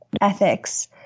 ethics